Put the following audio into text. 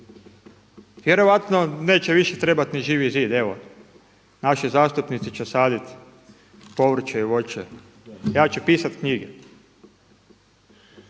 Vjerojatno neće više trebati ni Živi zid, naši zastupnici će saditi povrće i voće, ja ću pisati knjige.